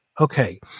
Okay